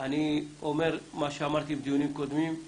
אני אומר מה שאמרתי בדיונים קודמים.